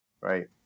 right